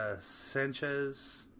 Sanchez